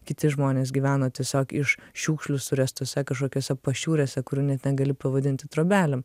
kiti žmonės gyveno tiesiog iš šiukšlių suręstuose kažkokiose pašiūrėse kur net ne gali pavadinti trobelėm